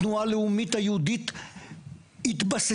התנועה הלאומית היהודית התבססה,